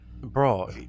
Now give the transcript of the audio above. bro